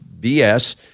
BS